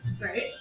Right